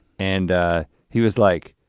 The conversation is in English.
and he was like,